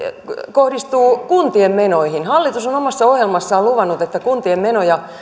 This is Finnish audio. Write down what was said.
kohdistuu kuntien menoihin hallitus on omassa ohjelmassaan luvannut että kuntien menoja